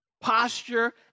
posture